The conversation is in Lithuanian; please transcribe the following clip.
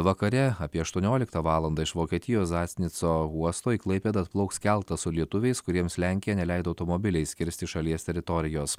vakare apie aštuonioliktą valandą iš vokietijos zasnico uosto į klaipėdą atplauks keltas su lietuviais kuriems lenkija neleido automobiliais kirsti šalies teritorijos